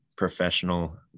professional